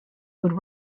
would